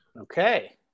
Okay